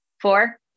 Four